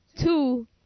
two